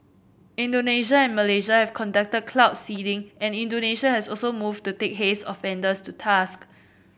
Indonesia and Malaysia have conducted cloud seeding and Indonesia has also moved to take haze offenders to task